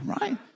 right